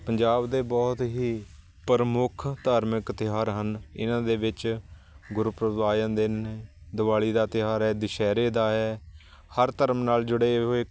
ਪੰਜਾਬ ਦੇ ਬਹੁਤ ਹੀ ਪ੍ਰਮੁੱਖ ਧਾਰਮਿਕ ਤਿਉਹਾਰ ਹਨ ਇਹਨਾਂ ਦੇ ਵਿੱਚ ਗੁਰਪੁਰਬ ਆ ਜਾਂਦੇ ਨੇ ਦਿਵਾਲੀ ਦਾ ਤਿਉਹਾਰ ਹੈ ਦੁਸਹਿਰੇ ਦਾ ਹੈ ਹਰ ਧਰਮ ਨਾਲ ਜੁੜੇ ਹੋਏ